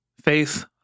faith